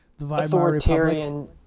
authoritarian